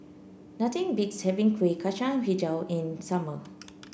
nothing beats having Kuih Kacang hijau in the summer